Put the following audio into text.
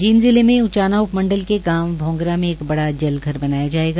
जींद जिले में उचाना उपमंडल के गांव भौगंरा में एक बड़ा जलघर बनाया जायेगा